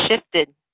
shifted